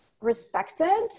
respected